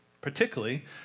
particularly